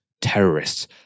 terrorists